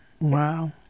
Wow